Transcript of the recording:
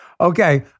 Okay